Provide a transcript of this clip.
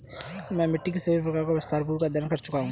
मैं मिट्टी के सभी प्रकारों का विस्तारपूर्वक अध्ययन कर चुका हूं